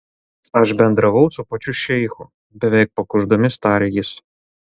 aš bendravau su pačiu šeichu beveik pakuždomis tarė jis